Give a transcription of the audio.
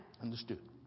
Understood